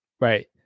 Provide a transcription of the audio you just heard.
right